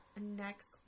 next